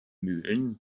mühlen